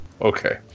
Okay